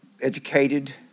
educated